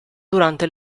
durante